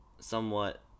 somewhat